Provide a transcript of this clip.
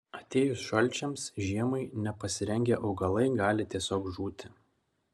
atėjus šalčiams žiemai nepasirengę augalai gali tiesiog žūti